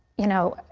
you know,